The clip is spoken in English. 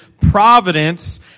providence